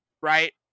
right